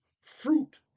fruit